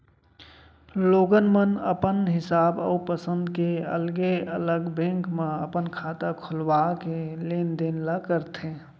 लोगन मन अपन हिसाब अउ पंसद के अलगे अलग बेंक म अपन खाता खोलवा के लेन देन ल करथे